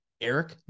Eric